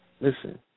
Listen